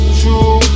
true